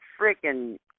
freaking